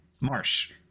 Marsh